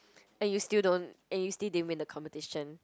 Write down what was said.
and you still don't and you still didn't win the competition